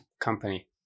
company